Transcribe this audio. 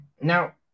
Now